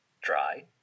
Dry